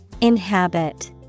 Inhabit